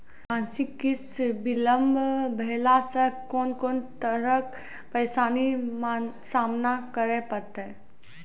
मासिक किस्त बिलम्ब भेलासॅ कून कून तरहक परेशानीक सामना करे परतै?